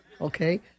okay